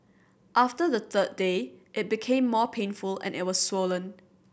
after the third day it became more painful and it was swollen